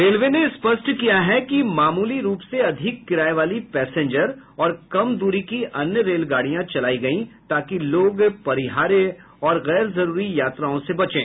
railway ने स्पष्ट किया है कि मामूली रूप से अधिक किराये वाली पैसेंजर और कम दूरी की अन्य रेलगाडियां चलाई गईं ताकि लोग परिहार्य और गैरजरूरी यात्राओं से बचें